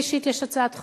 לי אישית יש הצעת חוק,